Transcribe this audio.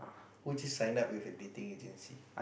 would you sign up with a dating agency